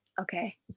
Okay